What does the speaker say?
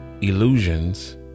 illusions